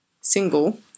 single